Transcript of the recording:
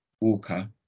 Walker